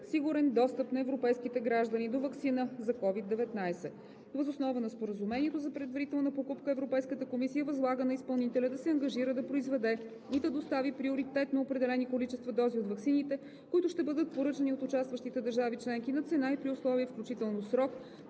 сигурен достъп на европейските граждани до ваксина за COVID-19. Въз основа на Споразумението за предварителна покупка Европейската комисия възлага на изпълнителя да се ангажира да произведе и да достави приоритетно определени количества дози от ваксините, които ще бъдат поръчани от участващите държави членки, на цена и при условия, включително срок,